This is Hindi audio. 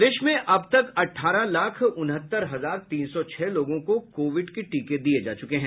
प्रदेश में अब तक अठारह लाख उनहत्तर हजार तीन सौ छह लोगों को कोविड के टीके दिये जा चुके हैं